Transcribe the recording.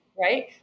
right